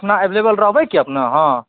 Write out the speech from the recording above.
ओहिठमा अपने अविलेबल रहबै की अहाँ